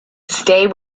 stay